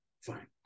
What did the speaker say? Fine